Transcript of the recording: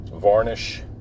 varnish